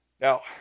Now